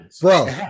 bro